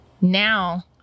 now